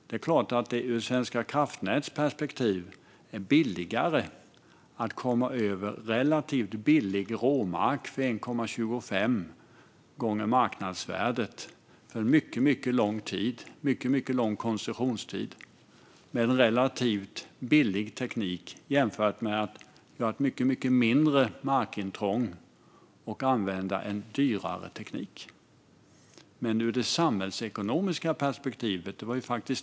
Det är klart att det ur Svenska kraftnäts perspektiv är billigare att komma över relativt billig råmark för 1,25 gånger marknadsvärdet med mycket lång koncessionstid och en relativt billig teknik jämfört med att göra ett mycket mindre markintrång och använda en dyrare teknik. Men sedan finns det samhällsekonomiska perspektivet.